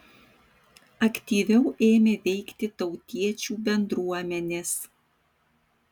aktyviau ėmė veikti tautiečių bendruomenės